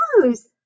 close